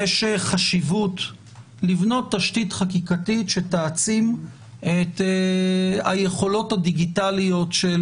יש חשיבות לבנות תשתית חקיקתית שתעצים את היכולות הדיגיטליות של